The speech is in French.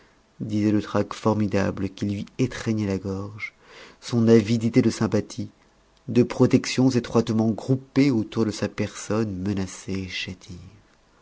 disaient le trac formidable qui lui étreignait la gorge son avidité de sympathies de protections étroitement groupées autour de sa personne menacée et chétive